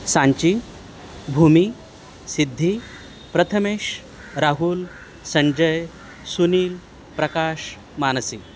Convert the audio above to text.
Sanchi Bhumi Siddhi Prathamesh Rahul Sanjay Sunil Prakash Mansi